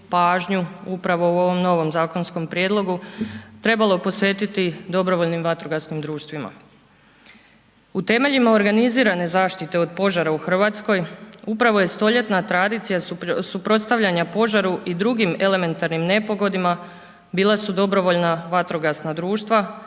pažnju upravo u ovom novom zakonskom prijedlogu trebalo posvetiti DVD-ima. U temeljima organizirane zaštite od požara u RH upravo je stoljetna tradicija suprotstavljanja požaru i drugim elementarnim nepogodama bila su DVD-i koja su organizirana